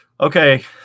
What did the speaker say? Okay